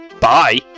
Bye